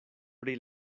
pri